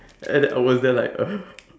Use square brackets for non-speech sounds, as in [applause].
and I was there like uh [laughs]